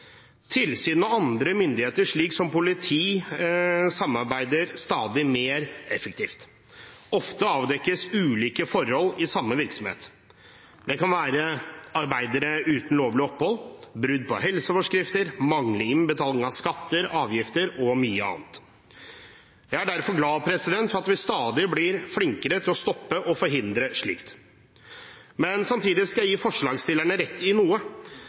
Tilsyn sammen med andre myndigheter, som politi, gir et stadig mer effektivt samarbeid. Ofte avdekkes ulike forhold i samme virksomhet. Det kan være arbeidere uten lovlig opphold, brudd på helseforskrifter, manglende innbetaling av skatter og avgifter og mye annet. Jeg er derfor glad for at vi stadig blir flinkere til å stoppe og forhindre slikt. Samtidig skal jeg gi forslagsstillerne rett i noe: